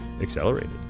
accelerated